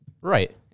Right